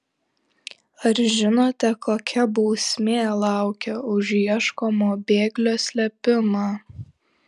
ar žinote kokia bausmė laukia už ieškomo bėglio slėpimą